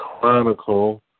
Chronicle